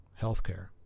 healthcare